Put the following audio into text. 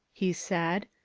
he said.